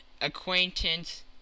acquaintance